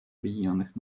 объединенных